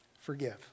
forgive